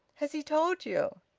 has he told you?